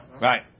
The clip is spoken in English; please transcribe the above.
right